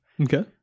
okay